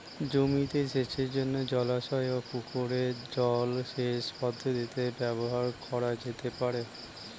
জমিতে সেচের জন্য জলাশয় ও পুকুরের জল সেচ পদ্ধতি ব্যবহার করা যেতে পারে?